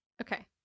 Okay